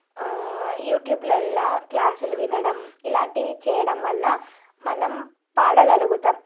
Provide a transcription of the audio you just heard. యూట్యూబ్లల్లో క్లాసులు వినడం ఇలాంటివి చేయడం వల్ల మనం పాడగలుగుతాం